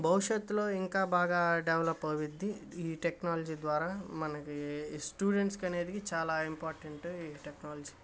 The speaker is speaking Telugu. భవిష్యత్తులో ఇంకా బాగా డెవలప్ అవుతుంది ఈ టెక్నాలజీ ద్వారా మనకి ఈ స్టూడెంట్స్కి అనేది చాలా ఇంపార్టంట్ ఈ టెక్నాలజీ